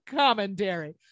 commentary